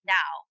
now